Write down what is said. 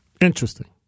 Interesting